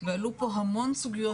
ועלו פה המון סוגיות.